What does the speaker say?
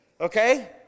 okay